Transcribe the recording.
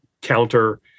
counter